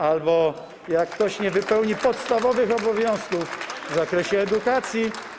albo jak ktoś nie wypełni podstawowych obowiązków w zakresie edukacji.